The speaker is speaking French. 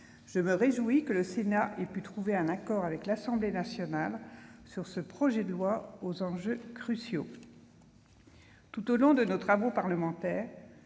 Je me réjouis que le Sénat ait pu trouver un accord avec l'Assemblée nationale sur ce projet de loi aux enjeux cruciaux. Tout au long de nos travaux parlementaires,